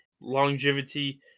longevity